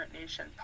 Nation